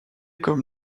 comme